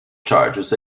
charges